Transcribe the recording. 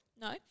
no